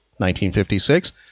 1956